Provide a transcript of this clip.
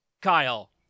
Kyle